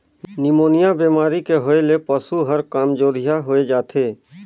pneumonia बेमारी के होय ले पसु हर कामजोरिहा होय जाथे